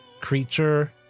creature